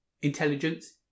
Intelligence